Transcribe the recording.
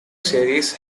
series